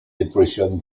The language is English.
depression